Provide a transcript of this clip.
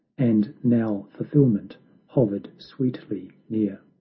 and now fulfilment hovered sweetly near.